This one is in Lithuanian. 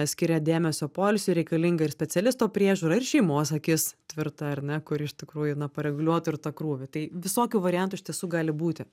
skiria dėmesio poilsiui reikalinga ir specialisto priežiūra ir šeimos akis tvirta ar ne kur iš tikrųjų na pareguliuot ir tą krūvį tai visokių variantų iš tiesų gali būti